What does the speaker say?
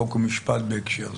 חוק ומשפט בהקשר זה.